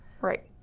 Right